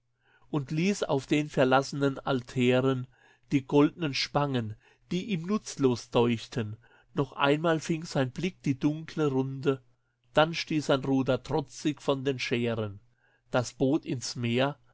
und ließ auf den verlassenen altären die goldnen spangen die ihm nutzlos deuchten noch einmal fing sein blick die dunkle runde dann stieß sein ruder trotzig von den schären das boot ins meer